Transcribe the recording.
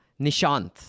nishant